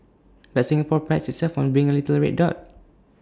but Singapore prides itself on being A little red dot